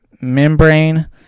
membrane